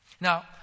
Now